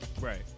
Right